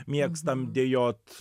mėgstam dejuot